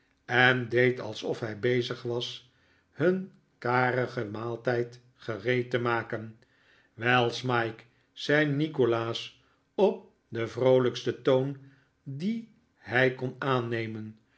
en deed alsof hij bezig was hun karigen maaltijd gereed te maken wel smike zei nikolaas op den vroolijksten toon dien hij kon aannemen